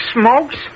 smokes